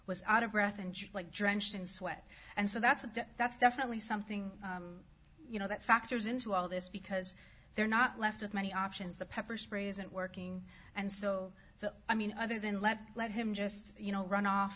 was out of breath and like drenched in sweat and so that's a that's definitely something you know that factors into all this because they're not left with many options the pepper spray isn't working and so the i mean other than let's let him just you know run off